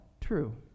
true